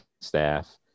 staff